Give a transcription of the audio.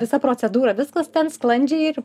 visa procedūra viskas ten sklandžiai ir